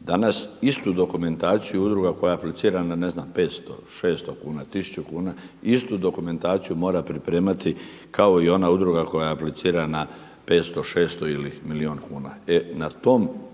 danas istu dokumentaciju udruga koja aplicira ne znam na 500, 600 kuna, tisuću kuna istu dokumentaciju mora pripremati kao i ona udruga koja aplicira na 500, 600 ili milijun kuna.